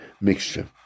mixture